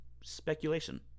speculation